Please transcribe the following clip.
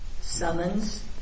Summons